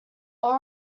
all